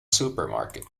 supermarket